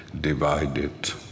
divided